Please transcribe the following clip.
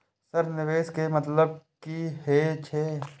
Sir निवेश के मतलब की हे छे?